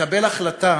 מקבל החלטה,